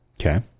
Okay